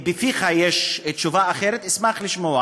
אם בפיך יש תשובה אחרת, אשמח לשמוע.